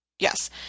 Yes